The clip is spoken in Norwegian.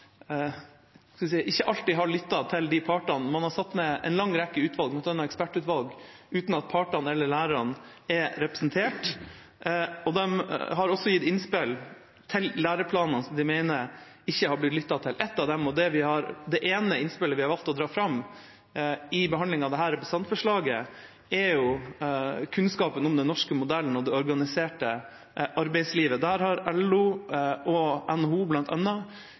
skal ut i etter utdanningen. Denne regjeringa har ikke alltid lyttet til partene. Man har satt ned en lang rekke utvalg, bl.a. ekspertutvalg, uten at partene eller lærerne er representert. De har også gitt innspill til læreplanene som de mener ikke har blitt lyttet til. Ett av dem – det ene innspillet vi har valgt å trekke fram i behandlingen av dette representantforslaget – handler om kunnskapen om den norske modellen og det organiserte arbeidslivet. Der har LO og NHO,